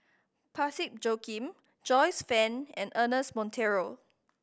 Parsick Joaquim Joyce Fan and Ernest Monteiro